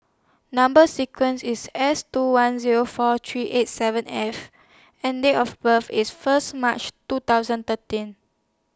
Number sequence IS S two one Zero four three eight seven F and Date of birth IS First March two thousand thirteen